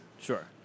sure